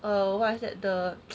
err what's that the